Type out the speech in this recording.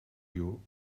you